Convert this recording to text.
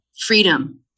freedom